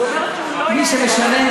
היא אומרת שהוא לא,